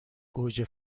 گوجه